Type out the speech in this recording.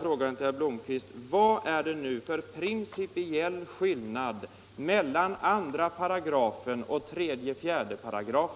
fråga herr Blomkvist: Vad är det för principiell skillnad mellan 2§ och 3—4 §§?